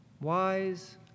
Wise